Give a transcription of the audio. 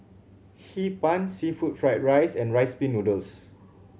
Hee Pan seafood fried rice and Rice Pin Noodles